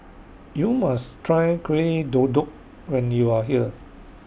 YOU must Try Kueh when YOU Are here